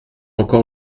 encore